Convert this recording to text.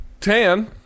tan